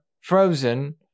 frozen